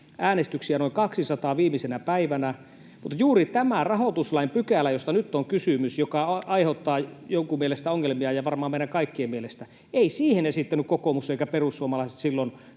äänestyksiä noin 200. Mutta juuri tähän rahoituslain pykälään, josta nyt on kysymys, joka aiheuttaa jonkun mielestä ja varmaan meidän kaikkien mielestä ongelmia — ei kokoomus eivätkä perussuomalaiset